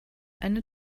eine